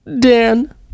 Dan